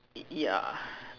it yeah